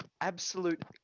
Absolute